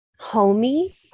Homey